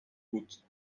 بود